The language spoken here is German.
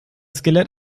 skelett